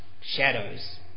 shadows